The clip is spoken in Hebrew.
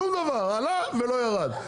שום דבר עלה ולא ירד,